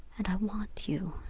and i want you,